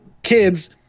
Kids